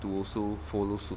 to also follow suit